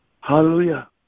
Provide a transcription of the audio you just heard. Hallelujah